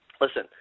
Listen